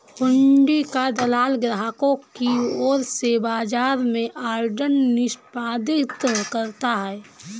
हुंडी का दलाल ग्राहकों की ओर से बाजार में ऑर्डर निष्पादित करता है